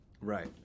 Right